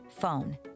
phone